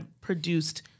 produced